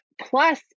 plus